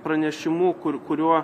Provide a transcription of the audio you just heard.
pranešimu kur kuriuo